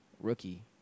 rookie